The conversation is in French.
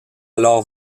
alors